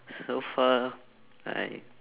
so far I